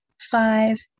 five